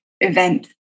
event